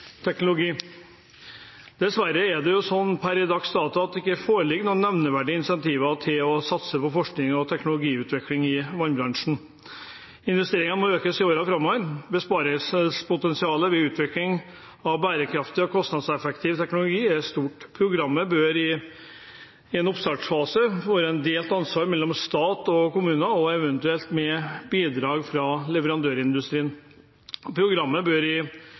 teknologi. Dessverre er det per dags dato slik at det ikke foreligger noen nevneverdige incentiver til å satse på forskning og teknologiutvikling i vannbransjen. Investeringene må økes i årene framover. Besparingspotensialet ved utvikling av bærekraftig og kostnadseffektiv teknologi er stort. Programmet bør i en oppstartsfase være et delt ansvar mellom stat og kommuner, eventuelt med bidrag fra leverandørindustrien. Programmet bør i